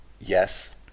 Yes